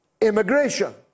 immigration